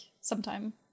sometime